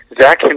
Zach